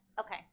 okay